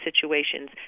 situations